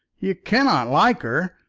you cannot like her.